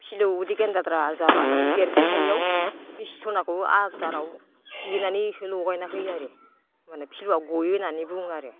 फिलौ उदै गेन्द्रादा जाबा माने देरख'नो हायिआव बिजि थुनायखौ आदाराव देनानै लगायना होयो आरो माने फिलौआ गयो होननानै बुङो आरो